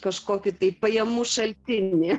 kažkokį tai pajamų šaltinį